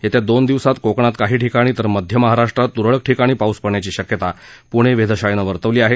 येत्या दोन दिवसात कोकणात काही ठिकाणी तर मध्य महाराष्ट्रात त्रळक ठिकाणी पाऊस पडण्याची शक्यता पुणे वेधशाळेनं वर्तवली आहे